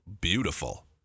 beautiful